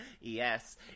Yes